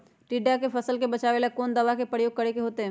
टिड्डा से फसल के बचावेला कौन दावा के प्रयोग करके होतै?